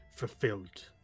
fulfilled